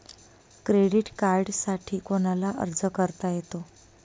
Credit कार्डसाठी कोणाला अर्ज करता येतो?